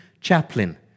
chaplain